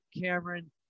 Cameron